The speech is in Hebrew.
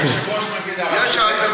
זה מה שיש לך להגיד,